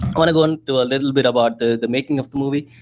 i want to go into a little bit about the the making of movie.